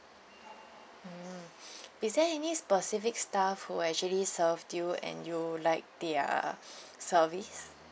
mm is there any specific staff who actually served you and you like their service